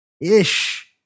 Ish